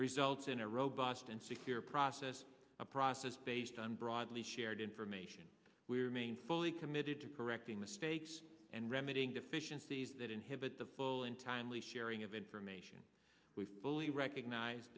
results in a robust and secure process a process based on broadly shared information we remain fully committed to correcting mistakes and remedying deficiencies that inhibit the full and timely sharing of information we've only recognize